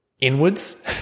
inwards